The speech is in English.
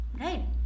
Right